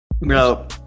No